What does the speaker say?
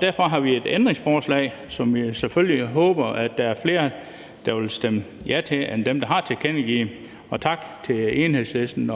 derfor har vi et ændringsforslag, som vi selvfølgelig håber der er flere der vil stemme ja til, end dem, der har tilkendegivet det – og tak til Enhedslisten,